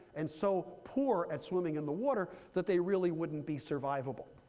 and so poor at swimming in the water, that they really wouldn't be survivable.